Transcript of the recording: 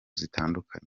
zitandukanye